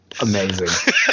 amazing